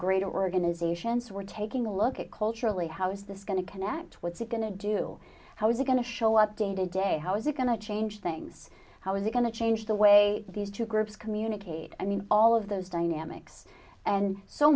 great organizations we're taking a look at culturally how is this going to connect what's it going to do how is it going to show up day to day how is it going to change things how is it going to change the way these two groups communicate i mean all of those dynamics and so